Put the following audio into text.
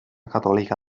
católica